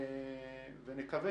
נקווה